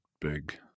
big